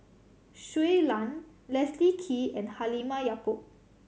Shui Lan Leslie Kee and Halimah Yacob